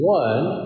one